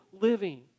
living